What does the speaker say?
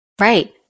Right